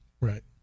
right